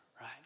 Right